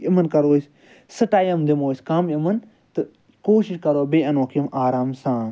یِمن کرو أسۍ سُہ ٹایم دِمو أسۍ کم یِمن تہٕ کوٗشِش کرو بیٚیہِ اَنوکھ یِم آرام سان